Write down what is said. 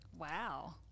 Wow